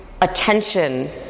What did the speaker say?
attention